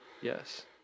yes